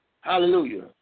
Hallelujah